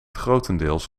grotendeels